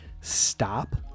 stop